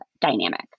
dynamic